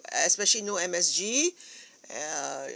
especially no M_S_G err